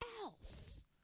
else